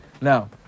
Now